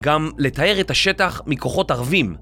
גם לטהר את השטח מכוחות ערבים.